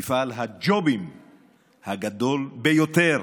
מפעל הג'ובים הגדול ביותר